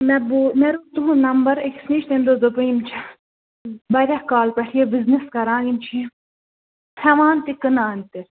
مےٚ بوٗ مےٚ روٗٹ تُہُنٛد نمبر أکِس نِش تٔمۍ دوٚپُن دوٚپُن یِم چھِ واریاہ کال پٮ۪ٹھ یہِ بِزنٕس کَران یِم چھِ یہِ ہٮ۪وان تہِ کٕنان تہِ